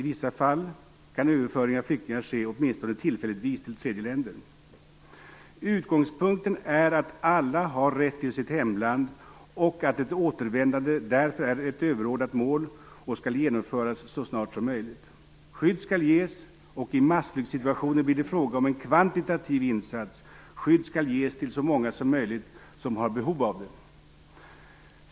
I vissa fall kan överföring av flyktingar ske åtminstone tillfälligtvis till tredje länder. Utgångspunkten är att alla har rätt till sitt hemland och att ett återvändande därför är ett överordnat mål och skall genomföras så snart som möjligt. Skydd skall ges, och i massflyktssituationer blir det fråga om en kvantitativ insats; skydd skall ges till så många som möjligt som har behov av det.